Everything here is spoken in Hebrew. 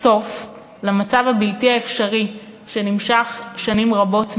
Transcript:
סוף למצב הבלתי-אפשרי שנמשך שנים רבות מדי.